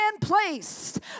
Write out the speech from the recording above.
placed